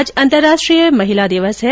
आज अंतर्राष्ट्रीय महिला दिवस है